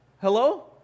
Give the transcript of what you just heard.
hello